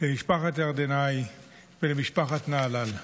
למשפחת ירדנאי ולמשפחת נהלל.